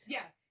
Yes